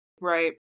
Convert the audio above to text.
right